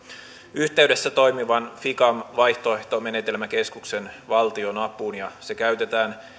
yhteydessä toimivan ficam vaihtoehtomenetelmäkeskuksen valtionapuun ja se käytetään